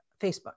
Facebook